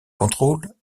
contrôle